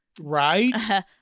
Right